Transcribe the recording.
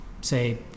say